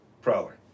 Prowler